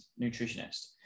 nutritionist